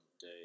day